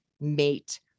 mate